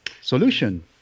Solution